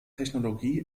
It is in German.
technologie